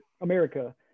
America